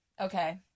okay